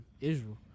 Israel